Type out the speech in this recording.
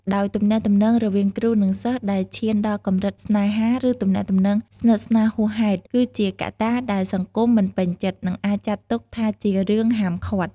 ដោយទំនាក់ទំនងរវាងគ្រូ និងសិស្សដែលឈានដល់កម្រិតស្នេហា ឬទំនាក់ទំនងស្និទ្ធស្នាលហួសហេតុ គឺជាកត្តាដែលសង្គមមិនពេញចិត្ត និងអាចចាត់ទុកថាជារឿងហាមឃាត់។